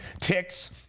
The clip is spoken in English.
ticks